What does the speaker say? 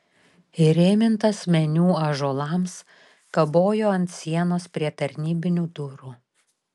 įrėmintas meniu ąžuolams kabojo ant sienos prie tarnybinių durų